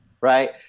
right